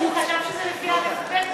הוא חשב שזה לפי האל"ף-בי"ת.